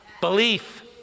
belief